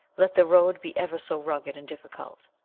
let the road be ever so rugged and difficult.